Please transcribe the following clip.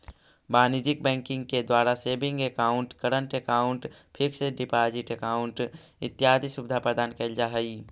वाणिज्यिक बैंकिंग के द्वारा saving account, current account, fix deposit account इत्यादि सुविधा प्रदान कैल जा हइ